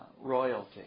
royalty